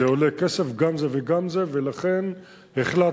זה עולה כסף, גם זה וגם זה, ולכן החלטנו,